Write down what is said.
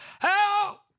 help